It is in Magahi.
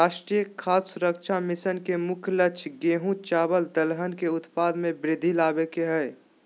राष्ट्रीय खाद्य सुरक्षा मिशन के मुख्य लक्ष्य गेंहू, चावल दलहन के उत्पाद में वृद्धि लाबे के हइ